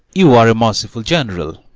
you are a merciful general.